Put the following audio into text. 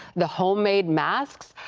the homemade masks,